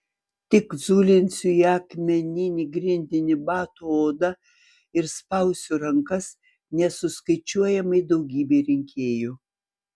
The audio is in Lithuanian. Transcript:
tik zulinsiu į akmeninį grindinį batų odą ir spausiu rankas nesuskaičiuojamai daugybei rinkėjų